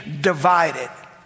divided